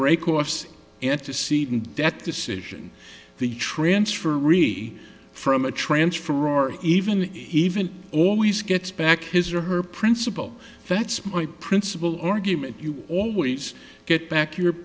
ray coffs antecedent that decision the transfer re from a transfer or even even always gets back his or her principle that's my principle argument you always get back you